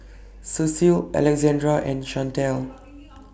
Ceil Alexandra and Shantel